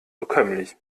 bekömmlich